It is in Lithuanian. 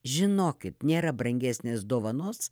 žinokit nėra brangesnės dovanos